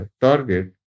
target